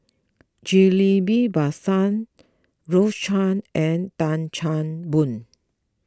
Ghillie Basan Rose Chan and Tan Chan Boon